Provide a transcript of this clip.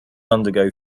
undergo